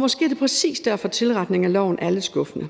Måske er det præcis derfor, at tilretningen af loven er lidt skuffende,